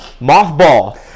mothball